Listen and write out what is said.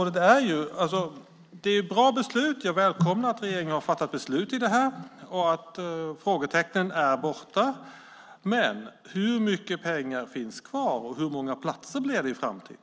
Det är ett bra beslut. Jag välkomnar att regeringen har fattat beslut om det här och att frågetecknen är borta. Men frågan är: Hur mycket pengar finns kvar, och hur många platser blir det i framtiden?